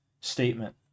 statement